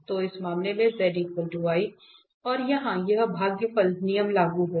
तो इस मामले में z i और यहां यह भागफल नियम लागू होगा